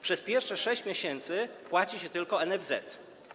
Przez pierwsze 6 miesięcy płaci się tylko NFZ.